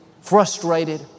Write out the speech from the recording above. frustrated